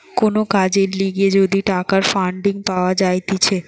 কোন কাজের লিগে যদি টাকার ফান্ডিং পাওয়া যাইতেছে